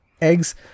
eggs